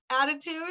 attitude